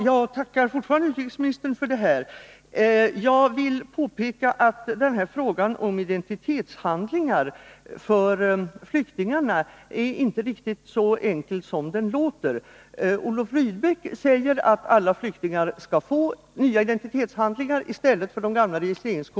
Herr talman! Jag tackar utrikesministern för det beskedet. Jag vill påpeka att frågan om identitetshandlingar för flyktingarna inte är riktigt så enkel som den kan verka. Olof Rydbeck säger att alla flyktingar skall få nya identitetshandlingar i stället för de gamla registreringskorten.